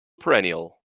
perennial